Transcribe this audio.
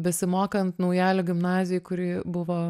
besimokant naujalio gimnazijoj kuri buvo